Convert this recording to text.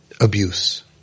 abuse